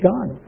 God